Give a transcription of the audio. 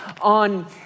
on